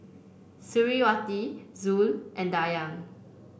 Suriawati Zul and Dayang